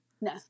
No